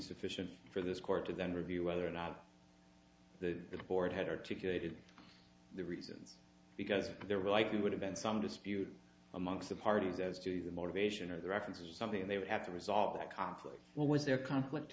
sufficient for this court to then review whether or not the board had articulated the reasons because there were likely would have been some dispute among the parties as to the motivation or the reference or something they would have to resolve that conflict what was their conflict